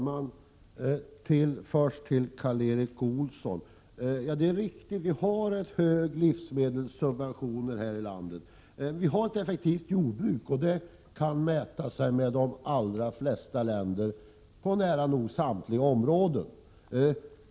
Fru talman! Till Karl Erik Olsson vill jag säga att det är riktigt att vi har höga livsmedelssubventioner här i landet. Och vi har ett effektivt jordbruk, som kan mäta sig med jordbruket i de flesta länder på nära nog samtliga områden.